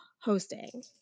hosting